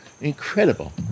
incredible